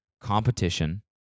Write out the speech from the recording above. competition